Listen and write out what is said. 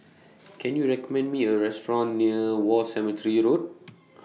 Can YOU recommend Me A Restaurant near War Cemetery Road